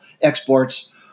exports